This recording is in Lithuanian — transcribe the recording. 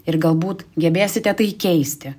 ir galbūt gebėsite tai keisti